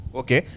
okay